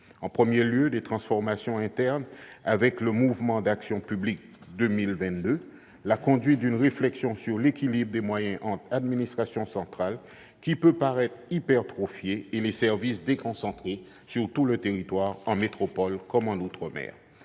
de l'intérieur : des transformations internes, avec, dans le mouvement Action publique 2022, la conduite d'une réflexion sur l'équilibre des moyens entre l'administration centrale, qui peut paraître hypertrophiée, et les services déconcentrés sur tout le territoire, en métropole comme outre-mer.